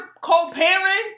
co-parent